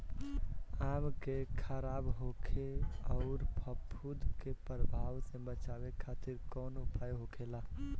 आम के खराब होखे अउर फफूद के प्रभाव से बचावे खातिर कउन उपाय होखेला?